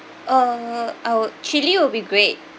uh I would chilli will be great